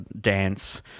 dance